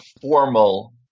formal